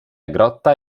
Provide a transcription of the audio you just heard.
grotta